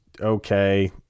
okay